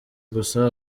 gusa